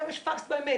היום יש פקס במייל,